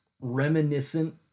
reminiscent